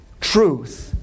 truth